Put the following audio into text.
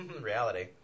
reality